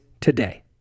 today